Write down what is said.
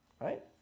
right